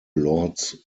lords